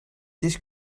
this